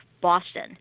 Boston